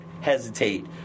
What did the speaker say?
hesitate